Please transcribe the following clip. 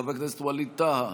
חבר הכנסת ווליד טאהא,